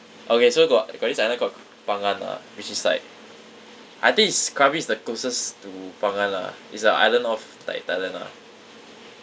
okay so got got this island called phangan lah which is like I think is krabi is the closest to phangan lah it's a island off like thailand lah